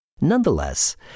Nonetheless